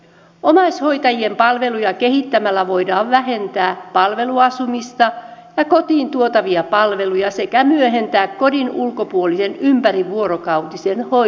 omaishoitajien palveluja kehittämällä voidaan vähentää palveluasumista ja kotiin tuotavia palveluja sekä myöhentää kodin ulkopuolisen ympärivuorokautisen hoidon tarvetta